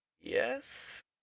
Yes